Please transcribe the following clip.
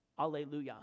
Alleluia